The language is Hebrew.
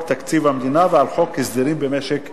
תקציב המדינה ועל חוק הסדרים במשק המדינה".